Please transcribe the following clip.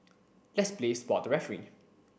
let's play spot the referee